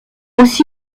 aussi